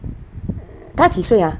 她几岁 ah